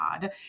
God